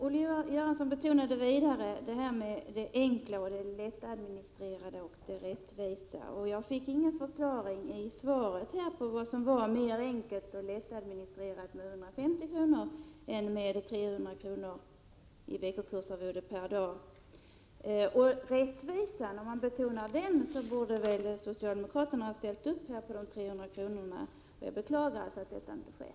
Olle Göransson betonade det enkla, det lättadministrerade och det rättvisa, men jag fick ingen förklaring till varför det är enklare och mera lättadministrerat med 150 kr. än med 300 kr. per dag i veckokursarvode. Och när man betonar rättvisan, borde väl socialdemokraterna ha ställt upp på de 300 kronorna. Jag beklagar att det inte sker.